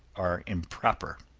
are improper.